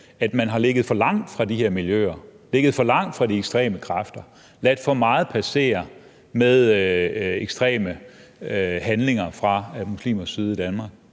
at man har ligget for langt fra de her miljøer, ligget for langt fra de ekstreme kræfter, ladet for meget passere med ekstreme handlinger fra muslimers side i Danmark.